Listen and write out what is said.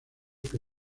que